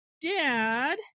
dad